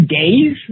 days